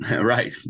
Right